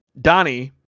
donnie